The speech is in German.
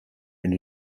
wenn